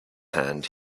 hand